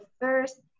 first